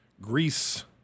Greece